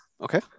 Okay